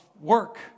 work